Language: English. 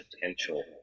potential